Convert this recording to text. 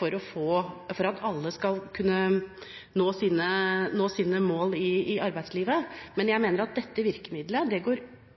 for at alle skal kunne nå sine mål i arbeidslivet. Men jeg mener at dette virkemiddelet i mange tilfeller går